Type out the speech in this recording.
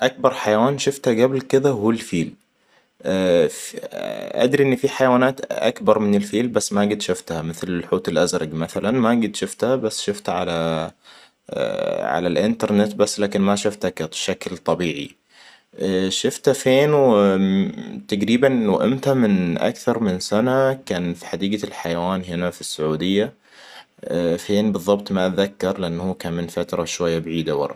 أكبر حيوان شفتها قبل كده هو الفيل. أدري إن في حيوانات أكبر من الفيل بس ما قد شفتها مثل الحوت الأزرق مثلاً ما قد شفته بس شفته على على الإنترنت بس لكن ما شفته كشكل طبيعي. شفته فين؟ وتقريباً و امتي؟ من اكثر من سنة كان في حديقة الحيوان هنا في السعودية. فين بالضبط ما أتذكر لإنه هو كان من فترة شوية بعيدة ورا